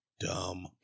dumb